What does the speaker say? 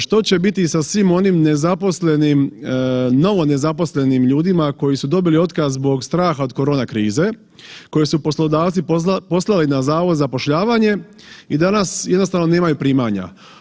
Što će biti sa svim onim nezaposlenim, novo nezaposlenim ljudima koji su dobili otkaz zbog straha od korona krize, koje su poslodavci poslali na HZZ i danas jednostavno nemaju primanja?